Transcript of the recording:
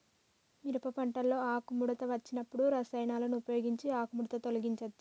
మిరప పంటలో ఆకుముడత వచ్చినప్పుడు రసాయనాలను ఉపయోగించి ఆకుముడత తొలగించచ్చా?